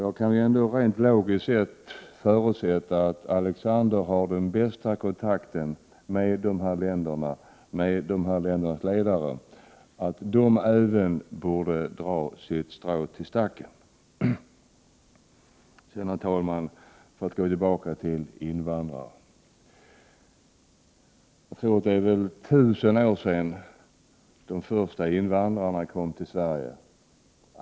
Jag kan ändå rent logiskt sett förutsätta att Alexander Chrisopoulos har den bästa kontakten med ledarna i dessa länder, och dessa länder borde dra sitt strå till stacken. Herr talman! Det är 1 000 år sedan de första invandrarna kom till Sverige.